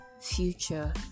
future